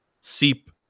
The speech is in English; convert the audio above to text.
seep